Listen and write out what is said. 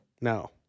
No